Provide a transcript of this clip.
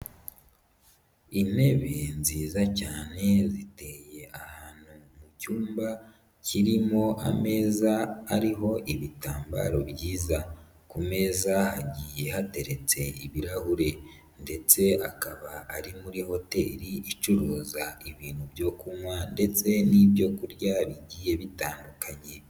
Intebe nziza cyane ziteye ahantu mu cyumba kirimo ameza ariho ibitambaro byiza, ku meza hagiye hateretse ibirahuri ndetse akaba ari muri hoteri icuruza ibintu byo kunywa ndetse n'ibyo kurya bigiye bitandukanye.